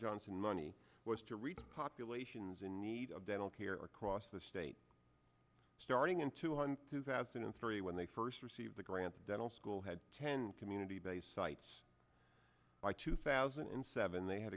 johnson money was to reach populations in need of dental care across the state starting in two hundred two thousand and three when they first received the grants dental school had ten community based sites by two thousand and seven they had